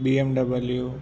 BMW